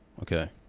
Okay